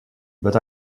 but